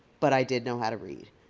but i did know how to read.